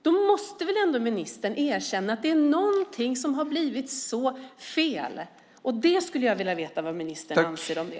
Då måste väl ministern ändå erkänna att det är någonting som har blivit så fel? Jag skulle vilja veta vad ministern anser om det.